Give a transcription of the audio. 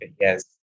Yes